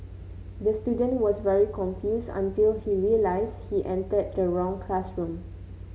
the student was very confused until he realised he entered the wrong classroom